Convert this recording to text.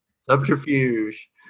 Subterfuge